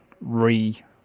re